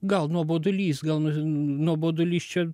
gal nuobodulys gal nuobodulys čia